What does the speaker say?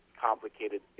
complicated